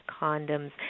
condoms